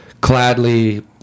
cladly